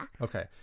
Okay